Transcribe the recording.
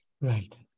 right